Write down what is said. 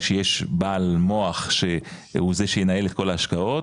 שיש בעל מוח שהוא זה שינהל את כל ההשקעות,